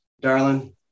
darling